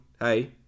Hey